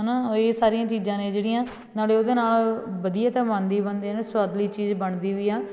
ਹੈ ਨਾ ਇਹ ਸਾਰੀਆਂ ਚੀਜ਼ਾਂ ਨੇ ਜਿਹੜੀਆਂ ਨਾਲੇ ਉਹਦੇ ਨਾਲ ਵਧੀਆ ਤਾਂ ਬਣਦੀਓ ਬਣਦੀ ਸਵਾਦਲੀ ਚੀਜ਼ ਬਣਦੀ ਵੀ ਆ